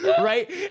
right